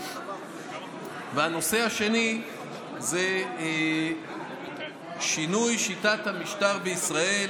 הנושא השני זה שינוי שיטת המשטר בישראל